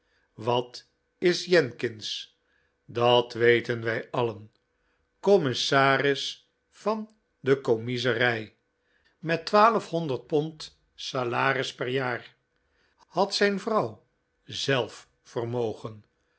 wat is jenkins dat weten wij alien commissaris van de commiezerij met twaalf pond salaris per jaar had zijn vrouw